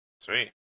sweet